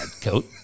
coat